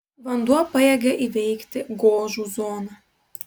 vanduo pajėgia įveikti gožų zoną